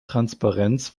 transparenz